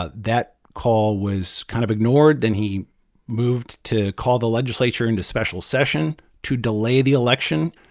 but that call was kind of ignored. then he moved to call the legislature into special session to delay the election.